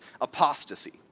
apostasy